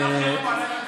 אתה כהניסט.